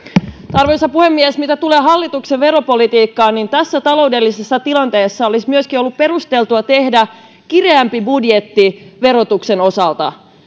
arvoisa puhemies mitä tulee hallituksen veropolitiikkaan niin tässä taloudellisessa tilanteessa olisi ollut perusteltua tehdä kireämpi budjetti verotuksen osalta